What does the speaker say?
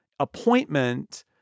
appointment